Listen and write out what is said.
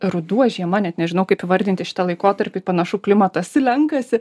ruduo žiema net nežinau kaip įvardinti šitą laikotarpį panašu klimatas slenkasi